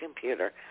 computer